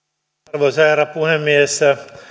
arvoisa herra puhemies